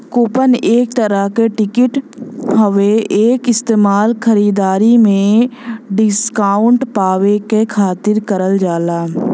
coupon एक तरह क टिकट हउवे एक इस्तेमाल खरीदारी में डिस्काउंट पावे क खातिर करल जाला